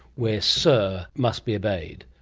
where sir must be obeyed,